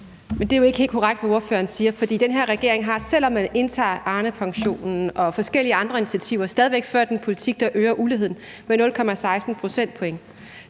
siger, er jo ikke helt korrekt. Den her regering har, selv om man medtager Arnepensionen og forskellige andre initiativer, stadig væk ført en politik, der øger uligheden med 0,16 procentpoint.